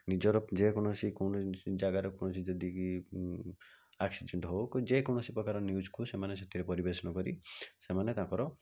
ନିଜର ଯେକୌଣସି ଜାଗାରେ କୌଣସି ଯଦି କି ଆକ୍ସିଡ଼େଣ୍ଟ୍ ହେଉ ଯେକୌଣସି ପ୍ରକାର ନ୍ୟୁଜ୍କୁ ସେମାନେ ସେଥିରେ ପରିବେଷଣ କରି ସେମାନେ ତାଙ୍କର